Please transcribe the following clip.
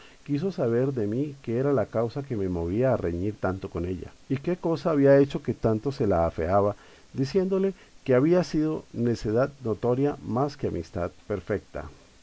quiso saber de mí qué era la causa que me movía a reñir tanto con ella y qué cosa había hecho que tanto se la afeaba diciéndole que había sido necedad notoria más que amistad perfeta